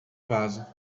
vaso